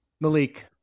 Malik